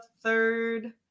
third –